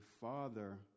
father